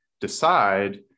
decide